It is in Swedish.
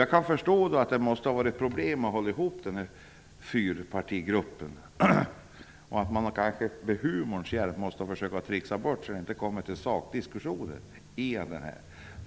Jag kan förstå att det har varit problem med att hålla ihop fyrpartigruppen. Har man kanske använt humorn som hjälpmedel för att slippa komma in på sakdiskussioner?